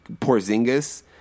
porzingis